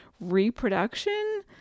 reproduction